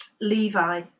Levi